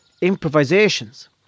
improvisations